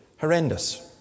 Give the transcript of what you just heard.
horrendous